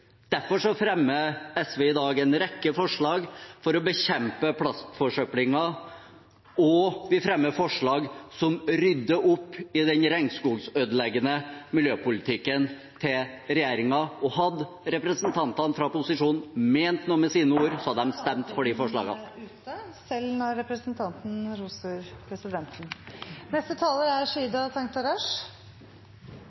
Derfor fremmer SV i dag en rekke forslag for å bekjempe plastforsøplingen, og vi fremmer forslag som rydder opp i den regnskogødeleggende miljøpolitikken til regjeringen. Hadde representantene fra posisjonen ment noe med sine ord, hadde de stemt for de forslagene. Da er taletiden ute – selv når representanten roser presidenten.